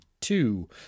two